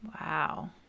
wow